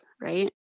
Right